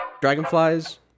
dragonflies